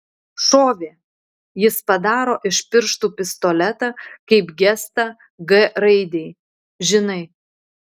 šovė jis padaro iš pirštų pistoletą kaip gestą g raidei žinai